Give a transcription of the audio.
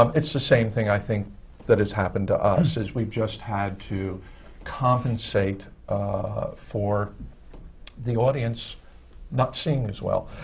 um it's the same thing that i think that has happened to us, is we've just had to compensate for the audience not seeing as well.